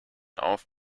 auf